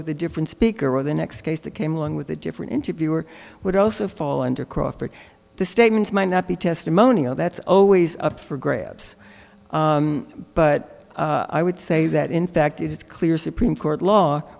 with a different speaker or the next case that came along with a different interviewer would also fall under crawford the statements might not be testimonial that's always up for grabs but i would say that in fact it is clear supreme court law